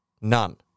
None